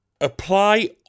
apply